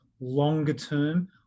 longer-term